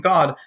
God